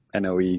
NOE